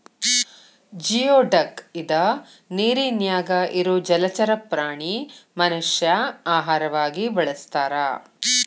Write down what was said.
geoduck ಇದ ನೇರಿನ್ಯಾಗ ಇರು ಜಲಚರ ಪ್ರಾಣಿ ಮನಷ್ಯಾ ಆಹಾರವಾಗಿ ಬಳಸತಾರ